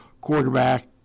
quarterback